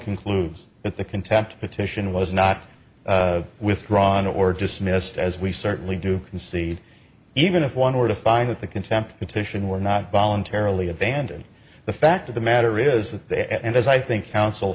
concludes that the contempt petition was not withdrawn or dismissed as we certainly do concede even if one were to find that the contempt petition were not voluntarily abandon the fact of the matter is that the end as i think coun